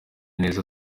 neza